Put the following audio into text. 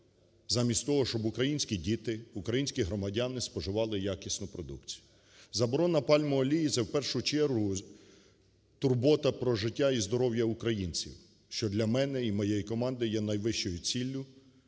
замість того, щоб українські діти, українські громадяни споживали якісну продукцію. Заборона пальмової олії – це в першу чергу турбота про життя і здоров'я українців, що для мене і моєї команди є найвищою ціллю